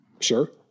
sure